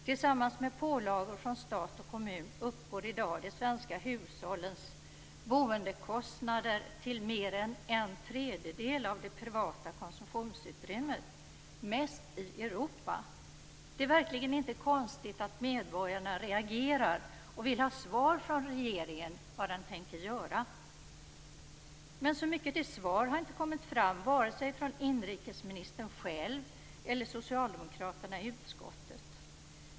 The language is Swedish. Tillsammans med pålagor från stat och kommun uppgår i dag de svenska hushållens boendekostnader till mer än en tredjedel av det privata konsumtionsutrymmet. Det är mest i Europa. Det är verkligen inte konstigt att medborgarna reagerar och vill ha svar från regeringen om vad den tänker göra. Men så mycket till svar har inte kommit fram vare sig från inrikesministern själv eller från socialdemokraterna i utskottet.